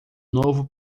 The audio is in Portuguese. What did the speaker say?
novo